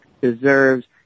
deserves